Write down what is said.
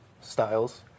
styles